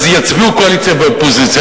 אז יצביעו קואליציה ואופוזיציה.